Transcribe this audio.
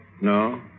No